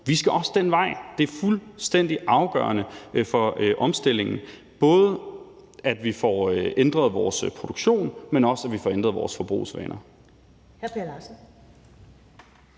bevæge os den vej. Det er fuldstændig afgørende for omstillingen, både at vi får ændret vores produktion, men også, at vi får ændret vores forbrugsvaner.